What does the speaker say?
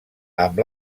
amb